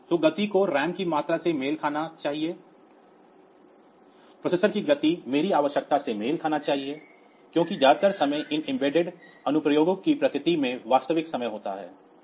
तो गति को रैम की मात्रा से मेल खाना चाहिए प्रोसेसर की गति मेरी आवश्यकता से मेल खाना चाहिए क्योंकि ज्यादातर समय इन एम्बेडेड अनुप्रयोगों की प्रकृति में वास्तविक समय होता है